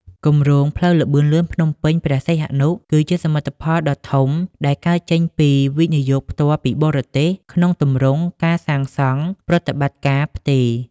គម្រោងផ្លូវល្បឿនលឿនភ្នំពេញ-ព្រះសីហនុ គឺជាសមិទ្ធផលដ៏ធំដែលកើតចេញពី វិនិយោគផ្ទាល់ពីបរទេស ក្នុងទម្រង់ការសាងសង់-ប្រតិបត្តិការ-ផ្ទេរ។